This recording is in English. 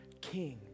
king